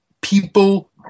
people